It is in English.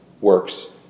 works